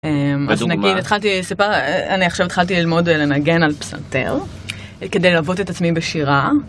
לדוגמה? אז נגיד... אני עכשיו התחלתי ללמוד לנגן על פסנתר כדי ללוות את עצמי בשירה.